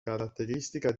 caratteristica